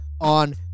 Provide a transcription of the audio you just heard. on